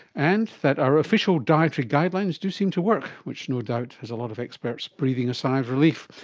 and that our official dietary guidelines do seem to work, which no doubt has a lot of experts breathing a sigh of relief.